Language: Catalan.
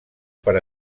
per